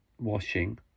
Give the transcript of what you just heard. washing